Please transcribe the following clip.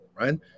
right